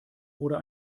oder